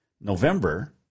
November